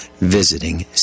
visiting